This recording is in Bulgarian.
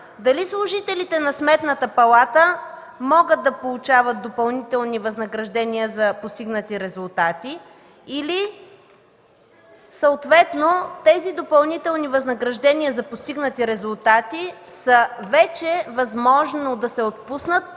дали служителите на Сметната палата могат да получават допълнителни възнаграждения за постигнати резултати или съответно тези допълнителни възнаграждения за постигнати резултати е вече възможно да се отпуснат